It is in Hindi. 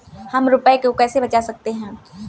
हम रुपये को कैसे बचा सकते हैं?